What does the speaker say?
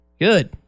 good